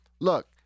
look